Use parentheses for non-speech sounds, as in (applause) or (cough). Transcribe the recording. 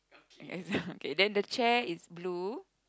(laughs) okay then the chair is blue